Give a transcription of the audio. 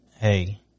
Hey